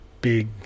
big